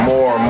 More